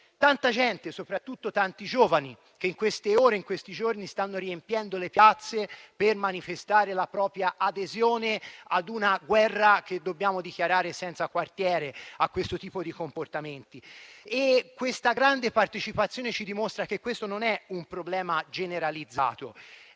Tanta gente, soprattutto tanti giovani che in queste ore e in questi giorni stanno riempiendo le piazze per manifestare la propria adesione a una guerra senza quartiere che dobbiamo dichiarare contro questo tipo di comportamenti. La grande partecipazione ci dimostra che non si tratta di un problema generalizzato;